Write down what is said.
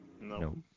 No